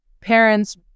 parents